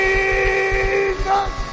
Jesus